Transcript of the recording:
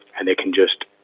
and they can just,